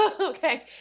okay